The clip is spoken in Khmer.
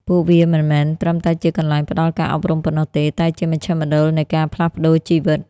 ពួកវាមិនមែនត្រឹមតែជាកន្លែងផ្តល់ការអប់រំប៉ុណ្ណោះទេ តែជាមជ្ឈមណ្ឌលនៃការផ្លាស់ប្តូរជីវិត។